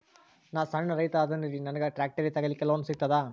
ನಾನ್ ಸಣ್ ರೈತ ಅದೇನೀರಿ ನನಗ ಟ್ಟ್ರ್ಯಾಕ್ಟರಿ ತಗಲಿಕ ಲೋನ್ ಸಿಗತದ?